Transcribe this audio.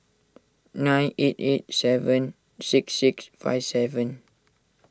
nine eight eight seven six six five seven